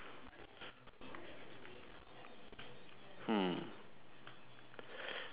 hmm